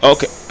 Okay